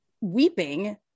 weeping